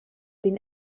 been